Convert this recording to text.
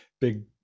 big